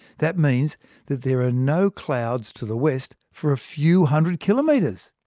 that means that there are no clouds to the west for a few hundred kilometres.